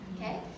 okay